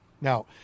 Now